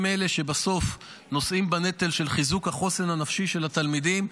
הם אלה שבסוף נושאים בנטל של חיזוק החוסן הנפשי של התלמידים,